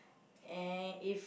and if